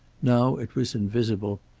now it was invisible,